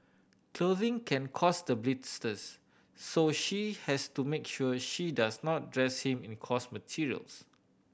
clothing can cause the blisters so she has to make sure she does not dress him in a coarse materials